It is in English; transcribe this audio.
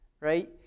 right